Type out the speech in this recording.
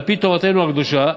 על-פי תורתנו הקדושה,